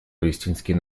палестинский